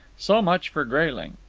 so much for grayling.